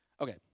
okay